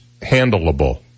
handleable